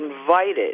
invited